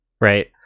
right